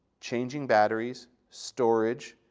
changing batteries, storage,